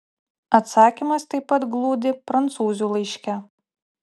atsakymas taip pat glūdi prancūzių laiške